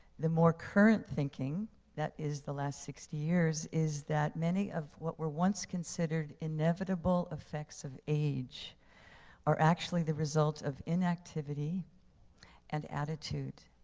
the more current thinking that is the last sixty years is that many of what were once considered inevitable effects of age are actually the result of inactivity and attitude.